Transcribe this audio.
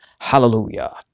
Hallelujah